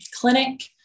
clinic